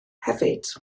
hefyd